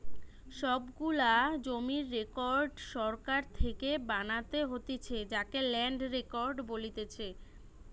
সব গুলা জমির রেকর্ড সরকার থেকে বানাতে হতিছে যাকে ল্যান্ড রেকর্ড বলতিছে